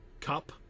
cup